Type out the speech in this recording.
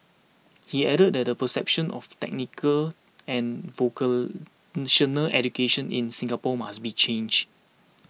he added that the perception of technical and education in Singapore must be changed